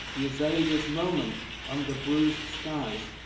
the azaleas' moment under bruised skies,